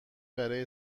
برای